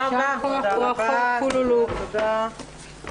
הישיבה ננעלה בשעה 11:41.